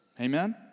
Amen